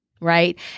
right